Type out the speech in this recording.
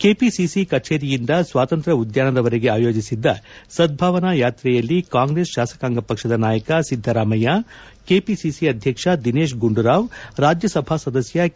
KPCC ಕಚೇರಿಯಿಂದ ಸ್ವಾತಂತ್ರ್ಯ ಉದ್ಯಾನದವರೆಗೆ ಆಯೋಜಿಸಿದ್ದ ಸದ್ಧಾವನಾ ಯಾತ್ರೆಯಲ್ಲಿ ಕಾಂಗ್ರೆಸ್ ಶಾಸಕಾಂಗ ಪಕ್ಷದ ನಾಯಕ ಸಿದ್ಧರಾಮಯ್ಯ ಕೆಪಿಸಿಸಿ ಅಧ್ಯಕ್ಷ ದಿನೇಶ್ ಗುಂಡೂರಾವ್ ರಾಜ್ಯಸಭಾ ಸದಸ್ಯ ಕೆ